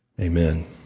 Amen